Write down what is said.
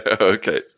Okay